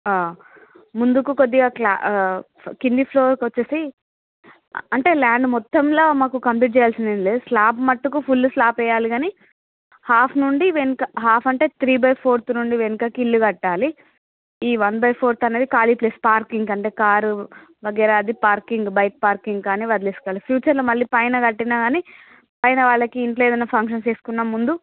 ముందుకు కొద్దిగా క్లా కింది ఫ్లోర్కు వచ్చేసి అంటే ల్యాండ్ మొత్తంలో మాకు కంప్లీట్ చేయాల్సింది ఏం లేదు స్లాబ్ మట్టుకు ఫుల్ స్లాప్ వెయ్యాలి కాని హాఫ్ నుండి వెనక హాఫ్ అంటే త్రీ బై ఫోర్త్ నుండి వెనకకి ఇల్లు కట్టాలి ఈ వన్ బై ఫోర్త్ అనేది ఖాళీ ప్లేస్ పార్కింగ్కి అంటే కార్ వగైరా అది పార్కింగ్ బైక్ పార్కింగ్ కాని వదిలేసుకోవాలి ఫ్యూచర్లో మళ్ళీ పైన కట్టినా కాని పైన వాళ్ళకి ఇంట్లో ఏదైనా ఫంక్షన్ చేసుకున్నా ముందు